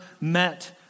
met